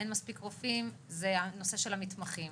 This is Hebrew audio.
אין מספיק רופאים זה הנושא של המתמחים,